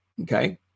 Okay